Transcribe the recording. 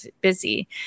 busy